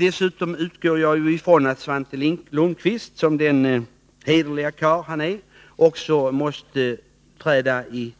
Dessutom utgår jag ifrån att Svante Lundkvist som den hederlige karl han är också måste träda i